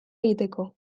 egiteko